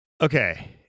Okay